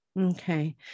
Okay